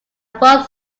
both